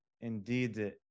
indeed